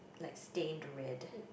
like stained red